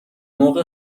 مرغ